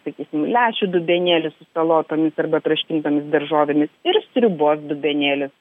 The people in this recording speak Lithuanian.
sakysim lęšių dubenėlis su salotomis arba troškintomis daržovėmis ir sriubos dubenėlis